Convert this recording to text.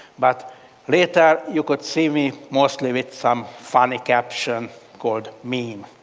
but later, you could see me mostly with some funny caption called meme.